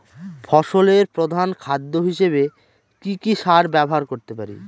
ফসলের প্রধান খাদ্য হিসেবে কি কি সার ব্যবহার করতে পারি?